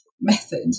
method